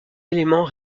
éléments